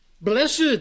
Blessed